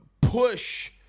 push